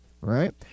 right